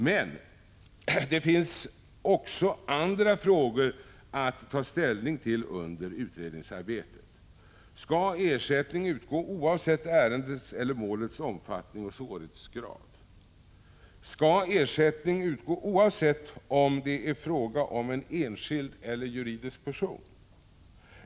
Men det finns även andra frågor att ta ställning till under utredningsarbetet. Skall ersättning utgå oavsett ärendets eller målets omfattning och svårighetsgrad, skall ersättning utgå oavsett om det är fråga om en enskild eller en juridisk person?